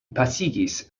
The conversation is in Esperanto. pasigis